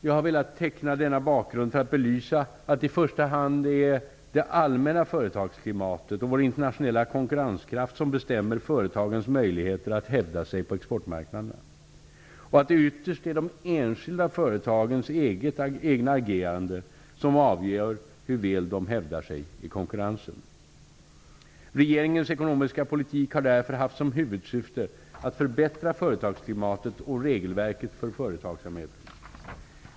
Jag har velat teckna denna bakgrund för att belysa att det i första hand är det allmänna företagsklimatet och vår internationella konkurrenskraft som bestämmer företagens möjligheter att hävda sig på exportmarknaderna och att det ytterst är de enskilda företagens egna agerande som avgör hur väl de hävdar sig i konkurrensen. Regeringens ekonomiska politik har därför haft som ett huvudsyfte att förbättra företagsklimatet och regelverket för företagsamheten.